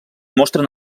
mostren